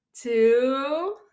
two